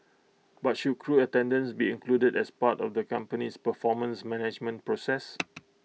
but should crew attendance be included as part of the company's performance management process